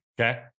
Okay